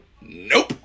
Nope